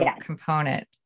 component